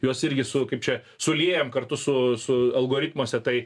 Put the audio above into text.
juos irgi su kaip čia suliejam kartu su su algoritmuose tai